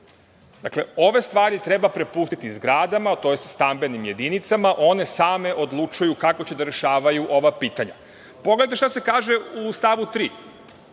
pitanjem. Ove stvari treba prepustiti zgradama, tj. stambenim jedinicama. One same odlučuju kako će da rešavaju ova pitanja. Pogledajte šta se kaže u stavu 3.